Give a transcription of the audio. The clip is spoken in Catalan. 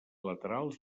laterals